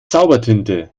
zaubertinte